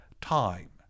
time